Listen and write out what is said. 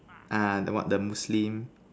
ah the what the Muslim